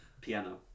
piano